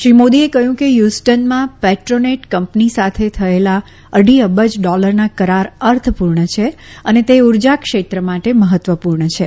શ્રી મોદીએ કહયું કે હયુસ્ટનમાં પેટ્રોનેટ કંપની સાથે થયેલા અઢી અબજ ડોલરના કરાર અર્થપુર્ણ છે અને તે ઉર્જા ક્ષેત્ર માટે મહત્વપુર્ણ છે